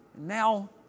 Now